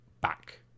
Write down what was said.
back